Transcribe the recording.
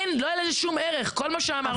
אין, לא היה לזה שום ערך, כל מה שאמרנו זה לפני.